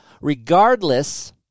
regardless